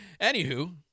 Anywho